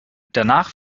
danach